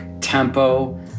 tempo